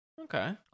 Okay